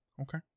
Okay